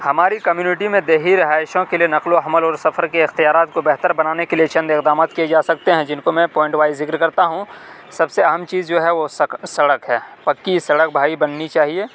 ہماری کمیونٹی میں دیہی رہائشوں کے لیے نقل و حمل اور سفر کے اختیارات کو بہتر بنانے کے لیے چند اقدامات کیے جا سکتے ہیں جن کو میں پوائنٹ وائز ذکر کرتا ہوں سب سے اہم چیز جو ہے وہ سک سڑک ہے پکی سڑک بھائی بننی چاہیے